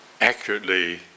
accurately